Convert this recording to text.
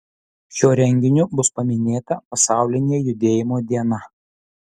šiuo renginiu bus paminėta pasaulinė judėjimo diena